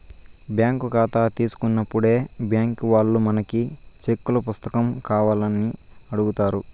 bank కాతా తీసుకున్నప్పుడే బ్యాంకీ వాల్లు మనకి సెక్కుల పుస్తకం కావాల్నా అని అడుగుతారు